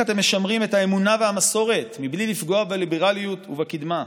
איך אתם משמרים את האמונה והמסורת בלי לפגוע בליברליות ובקדמה?